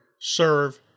serve